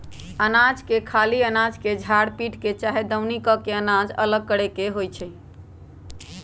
अनाज के खाली अनाज के झार पीट के चाहे दउनी क के अनाज अलग करे के होइ छइ